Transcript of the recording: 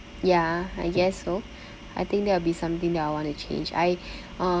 ya I guess so I think that'll be something that I will want to change I uh